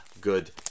Good